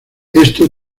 esto